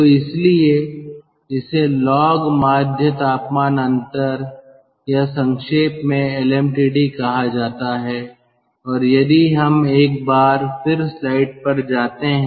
तो इसीलिए इसे लॉग माध्य तापमान अंतर या संक्षेप में LMTD कहा जाता है और यदि हम एक बार फिर स्लाइड पर जाते हैं